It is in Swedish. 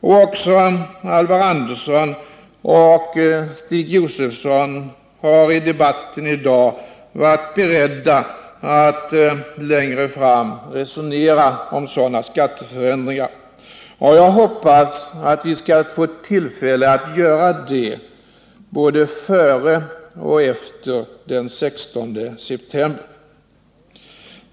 Även Alvar Andersson och Stig Josefson har i debatten i dag varit beredda att längre fram resonera om sådana skatteförändringar. Jag hoppas att vi skall få tillfälle att göra det både före och efter den 16 september.